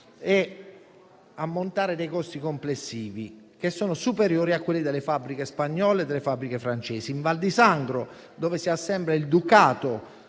un ammontare dei costi complessivi superiori a quelli delle fabbriche spagnole e francesi. In Val di Sangro, dove si assemblea il Ducato